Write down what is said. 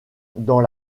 dans